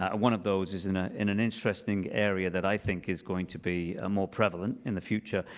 ah one of those is in ah in an interesting area that i think is going to be more prevalent in the future.